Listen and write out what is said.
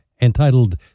entitled